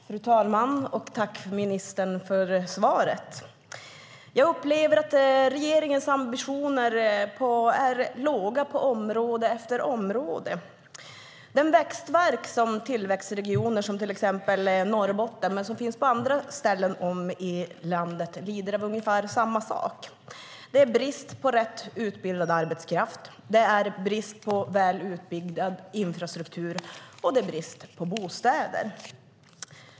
Fru talman! Tack, ministern, för svaret! Jag upplever att regeringens ambitioner är låga på område efter område. Den växtvärk som finns i tillväxtregioner som till exempel Norrbotten, men som också finns på andra ställen i landet, lider av ungefär samma sak. Det är brist på rätt utbildad arbetskraft, det är brist på väl utbyggd infrastruktur och det är brist på bostäder.